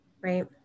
Right